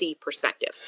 perspective